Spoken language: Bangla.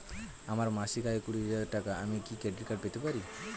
আমার মাসিক আয় কুড়ি হাজার টাকা আমি কি ক্রেডিট কার্ড পেতে পারি?